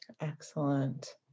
Excellent